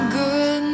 good